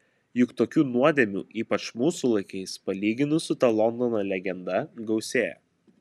juk tokių nuodėmių ypač mūsų laikais palyginus su ta londono legenda gausėja